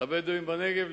הבדואים בנגב?